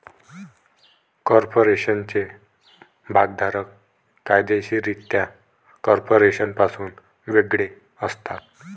कॉर्पोरेशनचे भागधारक कायदेशीररित्या कॉर्पोरेशनपासून वेगळे असतात